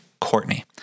Courtney